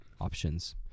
options